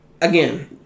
Again